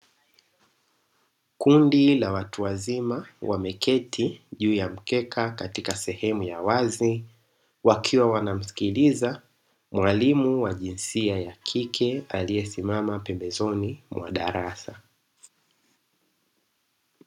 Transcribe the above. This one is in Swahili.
Kundi la watu wazima wameketi juu ya mkeka katika sehemu ya wazi wakiwa wanamsikiliza mwalimu wa jinsia ya kike aliyesimama pembezoni mwa darasa.